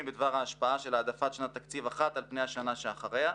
בדבר ההשפעה של העדפת שנת תקציב אחת על פני השנה שאחריה.